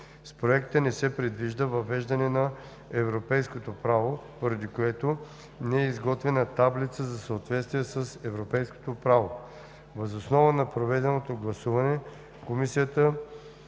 С Проекта не се предвижда въвеждане на европейското право, поради което не е изготвена таблица за съответствие с европейското право. Въз основа на проведеното гласуване Комисията